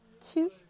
two